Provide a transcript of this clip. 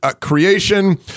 creation